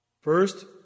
First